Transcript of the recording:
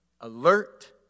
alert